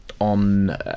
on